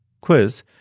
quiz